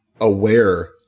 aware